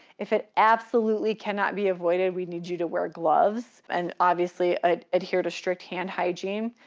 if it absolutely cannot be avoided, we need you to wear gloves and obviously ah adhere to strict hand hygiene.